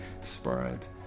Spirit